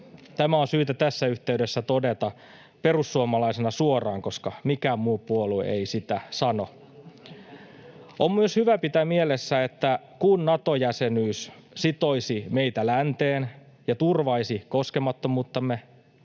Tämä on syytä tässä yhteydessä todeta perussuomalaisena suoraan, koska mikään muu puolue ei sitä sano. On myös hyvä pitää mielessä, että kun Nato-jäsenyys sitoisi meitä länteen ja turvaisi koskemattomuuttamme,